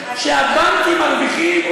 כשהבנקים מרוויחים,